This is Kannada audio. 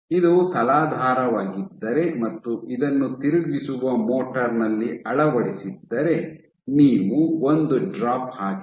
ಇದು ತಲಾಧಾರವಾಗಿದ್ದರೆ ಮತ್ತು ಇದನ್ನು ತಿರುಗಿಸುವ ಮೋಟರ್ ನಲ್ಲಿ ಅಳವಡಿಸಿದ್ದರೆ ನೀವು ಒಂದು ಡ್ರಾಪ್ ಹಾಕಿ